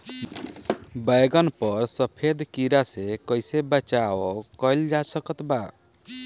बैगन पर सफेद कीड़ा से कैसे बचाव कैल जा सकत बा?